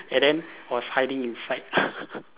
and then was hiding inside